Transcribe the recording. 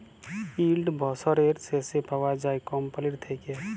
yield বসরের শেষে পাউয়া যায় কম্পালির থ্যাইকে